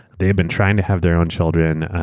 they have been trying to have their own children,